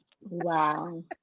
wow